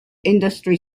industry